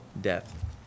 death